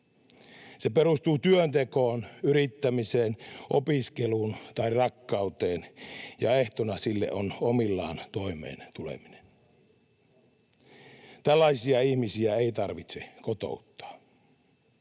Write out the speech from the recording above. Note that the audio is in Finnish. Se perustuu työntekoon, yrittämiseen, opiskeluun tai rakkauteen, ja ehtona sille on omillaan toimeen tuleminen. Tällaisia ihmisiä ei tarvitse kotouttaa.